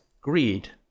greed